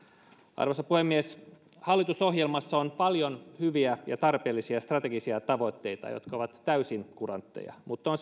arvoisa puhemies hallitusohjelmassa on paljon hyviä ja tarpeellisia strategisia tavoitteita jotka ovat täysin kurantteja mutta on